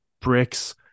bricks